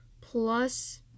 plus